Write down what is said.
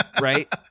right